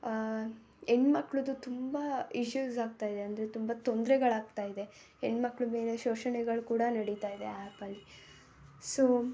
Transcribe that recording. ಹೆಣ್ಮಕ್ಳದ್ದು ತುಂಬ ಇಷ್ಯೂಸ್ ಆಗ್ತಾಯಿದೆ ಅಂದರೆ ತುಂಬ ತೊಂದ್ರೆಗಳು ಆಗ್ತಾಯಿದೆ ಹೆಣ್ಮಕ್ಳ ಮೇಲೆ ಶೋಷಣೆಗಳು ಕೂಡ ನಡಿತಾಯಿದೆ ಆ ಆ್ಯಪಲ್ಲಿ ಸೊ